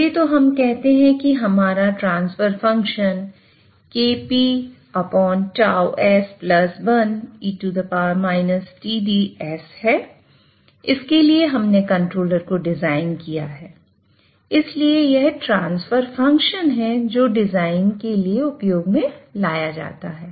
चलिए तो हम कहते हैं कि हमारा ट्रांसफर फंक्शन है जिसके लिए हमने कंट्रोलर को डिजाइन किया है इसलिए यह ट्रांसफर फंक्शन है जो डिजाइन के लिए उपयोग में लाया जाता है